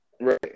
Right